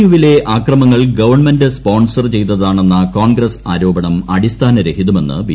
U വിലെ അക്രമങ്ങൾ government sponsor ചെയ്തതാണെന്ന കോൺഗ്രസ് ആരോപണം അടിസ്ഥാനർഹിതമെന്ന് ബി